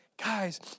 Guys